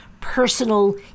personal